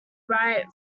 write